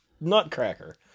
nutcracker